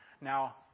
Now